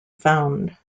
found